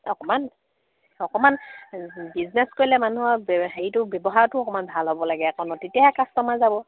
অকমান অকমান বিজনেছ কৰিলে মানুহৰ হেৰিটো ব্যৱহাৰটো অকমান ভাল হ'ব লাগে তেতিয়াহে কাষ্টমাৰ যাব